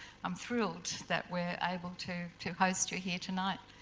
i'm thrilled that we're able to to host you here tonight.